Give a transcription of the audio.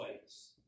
ways